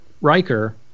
Riker